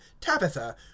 Tabitha